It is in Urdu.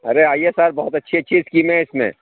ارے آئیے سر بہت اچھی اچھی اسکییمیں ہیں اِس میں